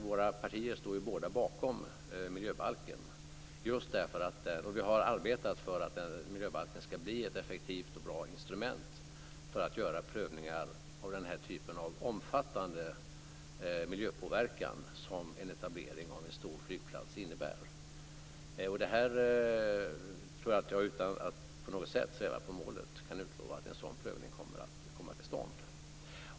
Våra partier står ju båda bakom miljöbalken, och vi har arbetat för att miljöbalken ska bli ett effektivt och bra instrument när det ska göras prövningar av den typ av omfattande miljöpåverkan som en etablering av en stor flygplats innebär. Jag tror att jag, utan att på något sätt sväva på målet, kan utlova att en sådan prövning kommer till stånd.